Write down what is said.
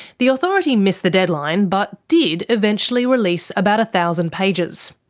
the authority missed the deadline, but did eventually release about a thousand pages.